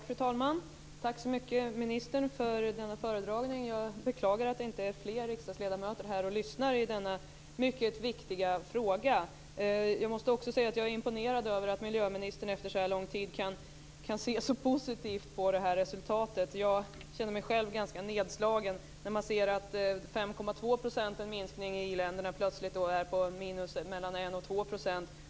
Fru talman! Tack så mycket, ministern, för denna föredragning. Jag beklagar att det inte sitter fler riksdagsledamöter här och lyssnar i denna mycket viktiga fråga. Jag måste också säga att jag är imponerad över att miljöministern efter så lång tid kan se så positivt på det här resultatet. Jag blir själv ganska nedslagen när jag ser att en minskning om 5,2 % för i-länderna plötsligt går ned till en minskning på 1-2 %.